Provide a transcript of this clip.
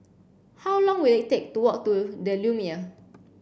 how long will it take to walk to The Lumiere